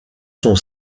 son